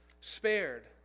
spared